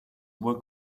will